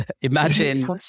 Imagine